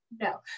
no